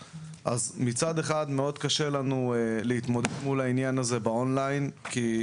כלומר מוצרי מזון לא יכולים להיות עם מוצרי ניקיון באותה שקית.